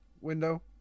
window